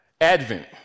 Advent